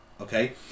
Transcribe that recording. Okay